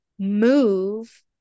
move